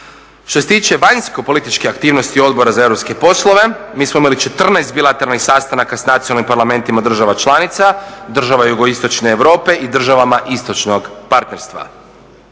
Što se tiče vanjsko političke aktivnosti Odbora za europske poslove, mi smo imali 14 … sastanaka s Nacionalnim parlamentima država članica, država jugoistočne Europe i državama istočnog partnerstva.